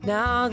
Now